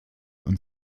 und